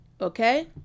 okay